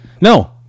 No